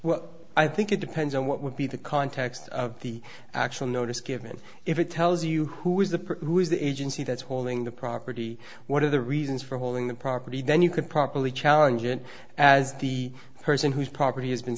well i think it depends on what would be the context of the actual notice given if it tells you who is the person who is the agency that's holding the property what are the reasons for holding the property then you could properly challenge it as the person whose property has been